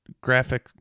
graphic